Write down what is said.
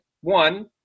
one